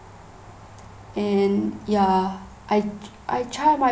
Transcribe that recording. and ya I I try my